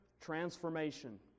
transformation